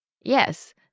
Yes